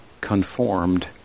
conformed